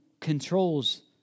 controls